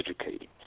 educating